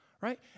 right